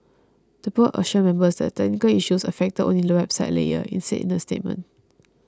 the Board assures members that the technical issues affected only the website layer it said in a statement